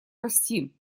расти